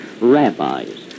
rabbis